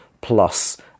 plus